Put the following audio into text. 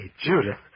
Judith